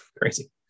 Crazy